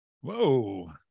whoa